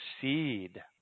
seed